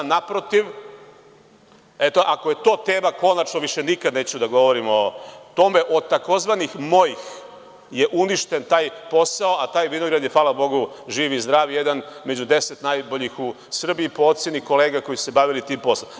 Naprotiv, ako je to tema, konačno, više nikada neću da govorim o tome, od tzv. mojih je uništen taj posao, a taj vinograd je, hvala Bogu, živ i zdrav i jedan od 10 najboljih u Srbiji, a po oceni kolega koje se bave tim poslom.